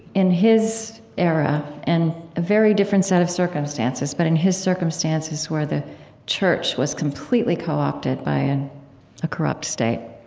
in his era, and a very different set of circumstances, but in his circumstances, where the church was completely co-opted by a corrupt state,